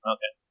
Okay